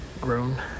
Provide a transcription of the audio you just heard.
grown